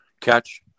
catch